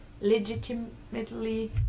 Legitimately